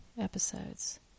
episodes